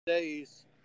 days